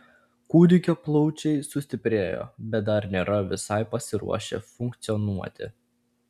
kūdikio plaučiai sustiprėjo bet dar nėra visai pasiruošę funkcionuoti